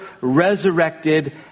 resurrected